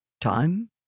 Time